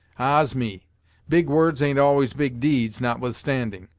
ahs! me big words ain't always big deeds, notwithstanding!